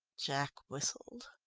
jack whistled.